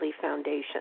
Foundation